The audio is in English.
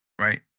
right